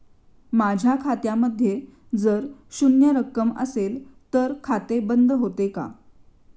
माझ्या खात्यामध्ये जर शून्य रक्कम असेल तर खाते बंद होते का?